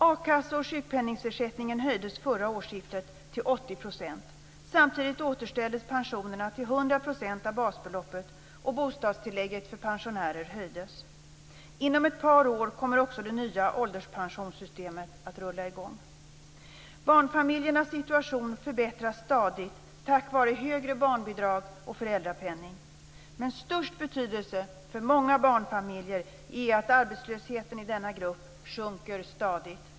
A-kasseoch sjukpenningersättningen höjdes vid förra årsskiftet till 80 %. Samtidigt återställdes pensionerna till 100 % av basbeloppet, och bostadstillägget för pensionärer höjdes. Inom ett par år kommer också det nya ålderspensionssystemet att rulla i gång. Barnfamiljernas situation förbättras stadigt tack vare högre barnbidrag och föräldrapenning. Men av störst betydelse för många barnfamiljer är att arbetslösheten i denna grupp sjunker stadigt.